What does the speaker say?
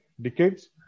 decades